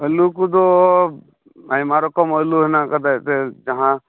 ᱟᱹᱞᱩ ᱠᱚᱫᱚ ᱟᱭᱢᱟ ᱨᱚᱠᱚᱢ ᱟᱹᱞᱩ ᱦᱮᱱᱟᱜ ᱟᱠᱟᱫᱟ ᱮᱱᱛᱮᱫ ᱡᱟᱦᱟᱸ